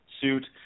suit